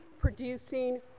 producing